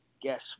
guess